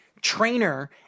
trainer